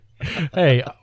Hey